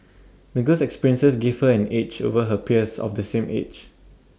the girl's experiences gave her an edge over her peers of the same age